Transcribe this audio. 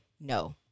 no